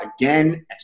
again